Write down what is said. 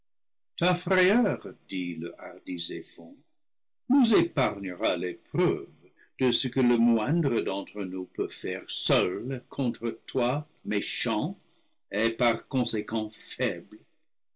zéphon nous épargnera l'épreuve de ce que le moindre d'entre nous peut faire seul contre toi méchant et par conséquent faible